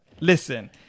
Listen